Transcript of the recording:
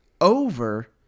over –